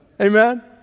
Amen